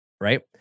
right